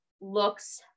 looks